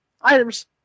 items